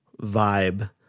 vibe